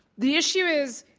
the issue is,